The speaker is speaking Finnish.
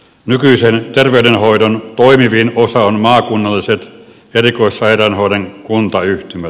nykyisen terveydenhoidon toimivin osa on maakunnalliset erikoissairaanhoidon kuntayhtymät